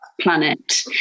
planet